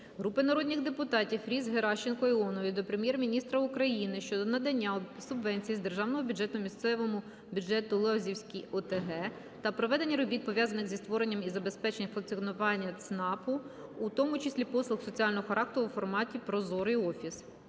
Групи народних депутатів (Фріз, Геращенко, Іонової) до Прем'єр-міністра України щодо надання субвенції з державного бюджету місцевому бюджету Лозівської ОТГ на проведення робіт, пов'язаних зі створенням і забезпеченням функціонування ЦНАПу, у тому числі послуг соціального характеру, в форматі "Прозорий офіс".